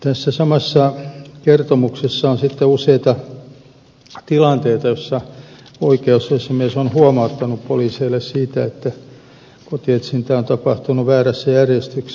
tässä samassa kertomuksessa on useita tilanteita joissa oikeusasiamies on huomauttanut poliiseille siitä että kotietsintä on tapahtunut väärässä järjestyksessä